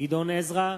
גדעון עזרא,